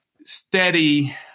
steady